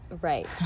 Right